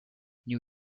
new